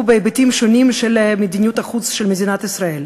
בהיבטים השונים של מדיניות החוץ של מדינת ישראל,